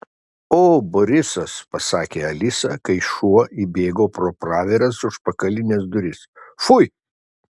o borisas pasakė alisa kai šuo įbėgo pro praviras užpakalines duris fui